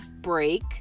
break